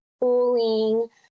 cooling